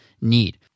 need